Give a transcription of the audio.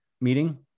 meeting